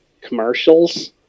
Commercials